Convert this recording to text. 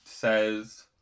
says